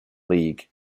league